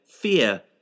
Fear